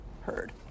heard